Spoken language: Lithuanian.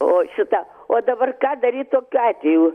o šitą o dabar ką daryt tokiu atveju